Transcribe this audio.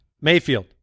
Mayfield